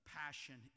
passion